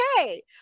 Okay